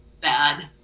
bad